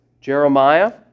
Jeremiah